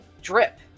drip